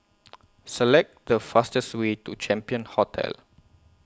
Select The fastest Way to Champion Hotel